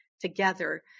together